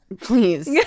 Please